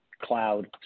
Cloud